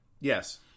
Yes